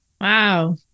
Wow